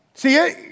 See